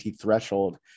threshold